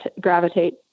gravitate